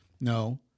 no